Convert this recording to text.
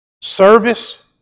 Service